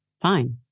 fine